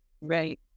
Right